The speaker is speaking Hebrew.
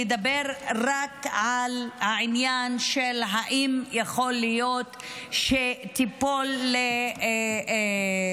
לדבר רק על העניין אם יכול להיות שתיפול קורבן